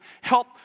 help